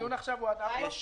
הדיון עכשיו הוא עד 16:00?